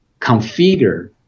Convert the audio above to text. configure